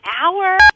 hour